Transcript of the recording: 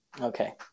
okay